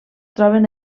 troben